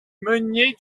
meunier